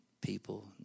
people